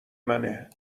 منه